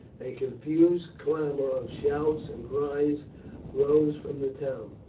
a confused clamour of shouts and cries rose from the town,